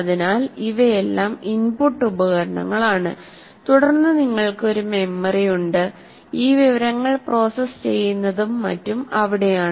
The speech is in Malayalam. അതിനാൽ ഇവയെല്ലാം ഇൻപുട്ട് ഉപകരണങ്ങളാണ് തുടർന്ന് നിങ്ങൾക്ക് ഒരു മെമ്മറി ഉണ്ട് ഈ വിവരങ്ങൾ പ്രോസസ്സ് ചെയ്യുന്നതും മറ്റും അവിടെയാണ്